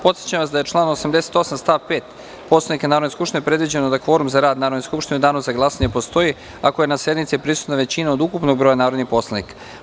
Podsećam vas da je članom 88. stav 5. Poslovnika Narodne skupštine predviđeno da kvorum za rad Narodne skupštine u Danu za glasanje postoji ako je na sednici prisutna većina od ukupnog broja narodnih poslanika.